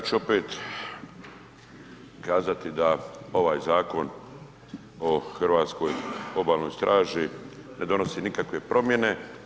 Ja ću opet kazati da ovaj Zakon o Hrvatskoj obalnoj straži ne donosi nikakve promjene.